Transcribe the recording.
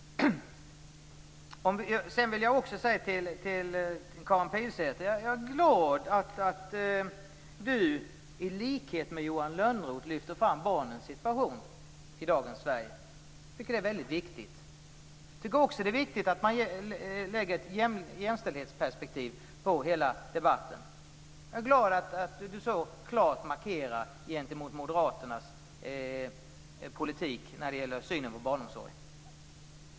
Jag vill till Karin Pilsäter säga att jag är glad över att hon i likhet med Johan Lönnroth lyfter fram barnens situation i dagens Sverige. Jag tycker att det är väldigt viktigt. Det är också viktigt att man anlägger ett jämställdhetsperspektiv på hela debatten. Jag är glad över att Karin Pilsäter så klart markerar gentemot moderaternas politik när det gäller barnomsorgen.